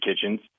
kitchens